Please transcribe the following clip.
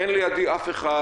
אין לידי אף אחד,